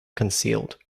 concealed